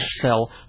cell